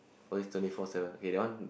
always twenty four seven okay that one